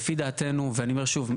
לפי דעתנו, ואני אומר שוב,